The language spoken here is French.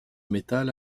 metal